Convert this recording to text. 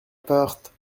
porte